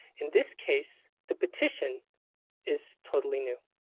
in this case, the petition is totally new.